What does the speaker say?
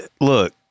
look